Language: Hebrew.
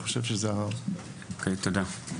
אוקיי, תודה.